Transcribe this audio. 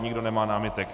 Nikdo nemá námitek.